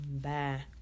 bye